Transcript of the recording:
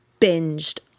binged